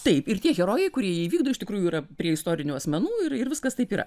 taip ir tie herojai kurie jį įvykdo iš tikrųjų yra prie istorinių asmenų ir ir viskas taip yra